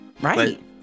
Right